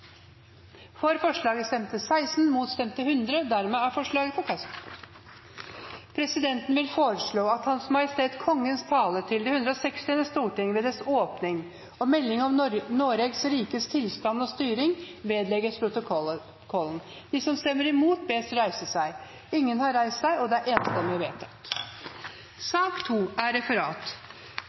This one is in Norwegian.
for forslaget. Presidenten vil foreslå at Hans Majestet Kongens tale til det 160. storting ved dets åpning og melding om Noregs rikes tilstand og styring vedlegges protokollen. – Det anses vedtatt. Dermed er dagens kart ferdigbehandlet. Forlanger noen ordet før møtet heves? – Møtet er